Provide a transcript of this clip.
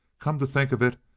come to think of it,